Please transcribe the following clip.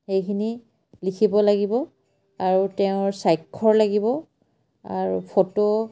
সেইখিনি লিখিব লাগিব আৰু তেওঁৰ স্বাক্ষৰ লাগিব আৰু ফটো